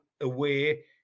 away